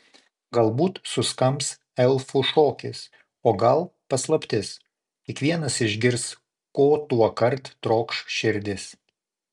galbūt suskambs elfų šokis o gal paslaptis kiekvienas išgirs ko tuokart trokš širdis